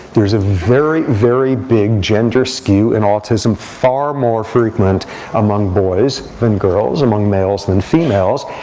there's a very, very big gender skew in autism far more frequent among boys than girls, among males than females.